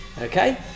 okay